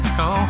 go